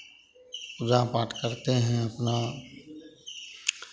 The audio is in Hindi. पूजा पाठ करते हैं अपना